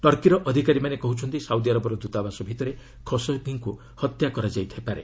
ଟର୍କିର ଅଧିକାରୀମାନେ କହୁଛନ୍ତି ସାଉଦିଆରବର ଦୂତାବାସ ଭିତରେ ଖସୋଗିଙ୍କୁ ହତ୍ୟା କରାଯାଇଥାଇ ପାରେ